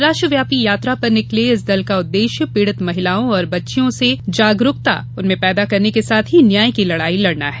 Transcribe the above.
राष्ट्रव्यापी यात्रा पर निकले इस दल का उद्देश्य पीड़ित महिलाओं और बच्चियों में जागरूकता पैदा करने के साथ न्याय की लड़ाई लड़ना है